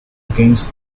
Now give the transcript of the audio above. against